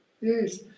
Yes